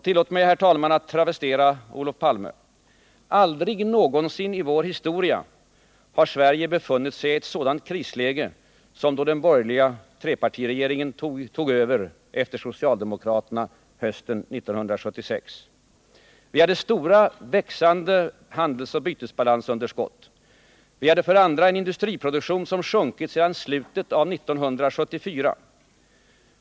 Tillåt mig, herr talman, att i sammanhanget travestera Olof Palme: Aldrig någonsin i vår historia har Sverige befunnit sig i ett sådant krisläge som då den borgerliga trepartiregeringen tog över efter socialdemokraterna hösten 1976. För det första hade vi stora, växande handelsoch bytesbalansunderskott. För det andra hade vi en industriproduktion som sjunkit sedan slutet av 1974.